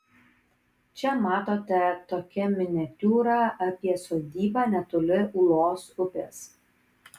čia matote tokia miniatiūra apie sodybą netoli ūlos upės